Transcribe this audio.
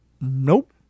Nope